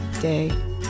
day